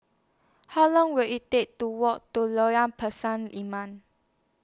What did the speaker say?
How Long Will IT Take to Walk to Lorong Pisang Emas